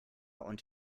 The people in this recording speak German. und